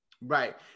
Right